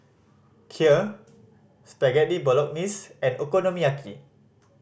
Kheer Spaghetti Bolognese and Okonomiyaki